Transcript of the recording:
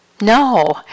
no